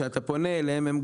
כשאתה פונה אליהם,